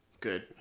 Good